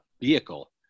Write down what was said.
vehicle